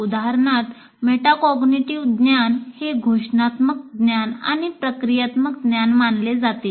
उदाहरणार्थ मेटाकॉग्निटिव्ह ज्ञान हे घोषणात्मक ज्ञान आणि प्रक्रियात्मक ज्ञान मानले जाते